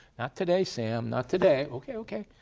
not today, sam, not today. okay, okay.